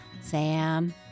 Sam